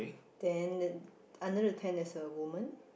then under the tent there's a woman